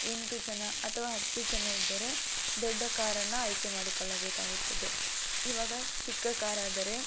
ಎಂಟು ಜನ ಅಥವಾ ಹತ್ತು ಜನ ಇದ್ದರೆ ದೊಡ್ಡ ಕಾರನ್ನು ಆಯ್ಕೆ ಮಾಡಿಕೊಳ್ಳಬೇಕಾಗುತ್ತದೆ ಇವಾಗ ಚಿಕ್ಕ ಕಾರ್ ಆದರೆ